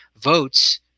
votes